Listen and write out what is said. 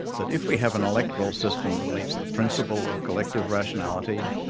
that if we have an electoral system that meets the principle of collective rationality,